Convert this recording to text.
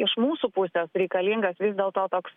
iš mūsų pusės reikalingas vis dėl to toks